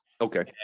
okay